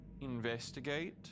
investigate